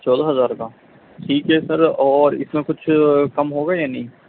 چودہ ہزار کا ٹھیک ہے سر اور اس میں کچھ کم ہوگا یا نہیں